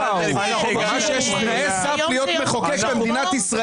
רואים שיש תנאי סף להיות מחוקק של מדינת ישראל.